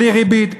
בלי ריבית,